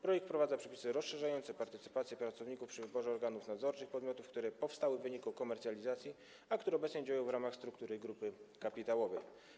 Projekt wprowadza przepisy rozszerzające partycypację pracowników przy wyborze organów nadzorczych podmiotów, które powstały w wyniku komercjalizacji, a które obecnie działają w ramach struktury grupy kapitałowej.